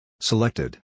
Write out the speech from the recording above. Selected